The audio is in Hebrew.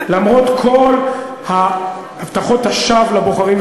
למרות כל הבטחות השווא לבוחרים,